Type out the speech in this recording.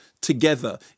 together